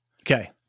Okay